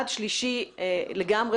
יש היום גופים כאלה שבאים כצד שלישי לגמרי